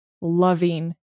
loving